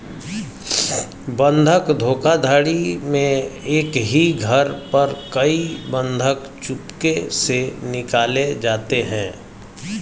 बंधक धोखाधड़ी में एक ही घर पर कई बंधक चुपके से निकाले जाते हैं